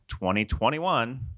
2021